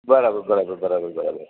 બરાબર બરાબર બરાબર બરાબર